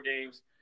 games